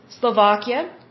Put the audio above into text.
Slovakia